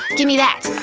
gimme that!